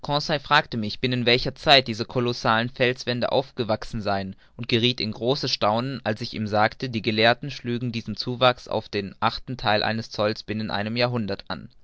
fragte mich binnen welcher zeit diese kolossalen felswände aufgewachsen seien und gerieth in großes staunen als ich ihm sagte die gelehrten schlügen diesen zuwachs auf den achten theil eines zolles binnen einem jahrhundert an